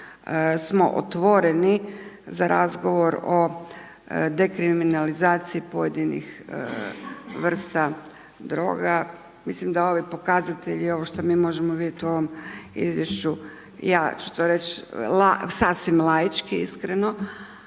smo otvoreni za razgovor o dekriminalizaciji pojedinih vrsta droga. Mislim da ovi pokazatelji i ovo što mi možemo vidjeti u ovom izvješću ja ću to reći sasvim laički, iskreno